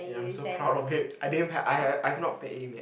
ya I'm so proud of it I didn't I have I have not paid him yet